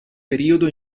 periodo